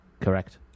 Correct